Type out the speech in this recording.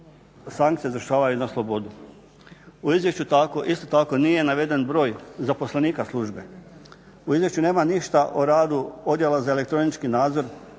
sankcije izvršavaju na slobodi. U izvješću isto tako nije naveden broj zaposlenika službe. U izvješću nema ništa o radu Odjela za elektronički nadzor,